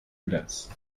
glace